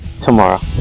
tomorrow